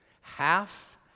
half